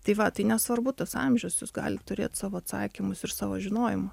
tai va tai nesvarbu tas amžius jūs galit turėt savo atsakymus ir savo žinojimą